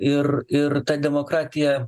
ir ir ta demokratija